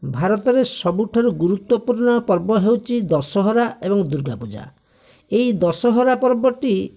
ଭାରତରେ ସବୁଠାରୁ ଗୁରୁତ୍ଵପୂର୍ଣ୍ଣ ପର୍ବ ହେଉଛି ଦଶହରା ଏବଂ ଦୁର୍ଗାପୂଜା ଏହି ଦଶହରା ପର୍ବଟି